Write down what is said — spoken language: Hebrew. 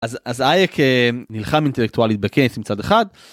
אז האייק נלחם אינטלקטואלית בקיינס מצד אחד.